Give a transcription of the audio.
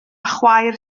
chwaer